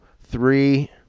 three